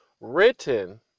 written